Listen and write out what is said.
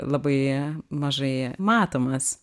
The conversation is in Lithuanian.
labai mažai matomas